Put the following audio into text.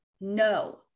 no